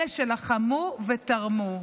אלה שלחמו ותרמו.